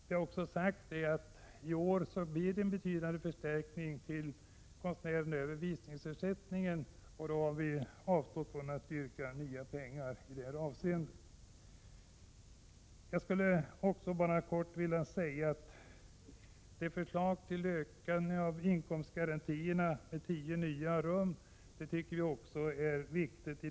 Vi har också påpekat att det i år blir betydande förstärkningar till konstnärerna via visningsersättningen, och vi har därför avstått från att yrka ytterligare medel för detta ändamål. Jag skulle också i korthet vilja säga att förslaget om en ökning av inkomstgarantierna med tio nya garantirum är viktigt.